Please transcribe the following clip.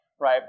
right